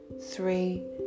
three